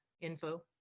info